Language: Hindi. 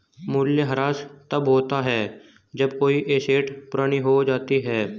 मूल्यह्रास तब होता है जब कोई एसेट पुरानी हो जाती है